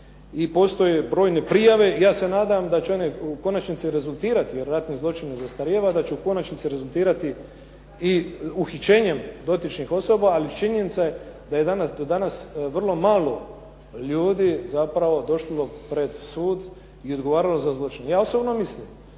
i postoje brojne prijave. I ja se nadam da će one u konačnici rezultirati jer ratni zločin ne zastarijeva, da će u konačnici rezultirati i uhićenjem dotičnih osoba ali činjenica je da je do danas vrlo malo ljudi zapravo došlo pred sud i odgovaralo za zločin. Ja osobno mislim